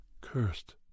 cursed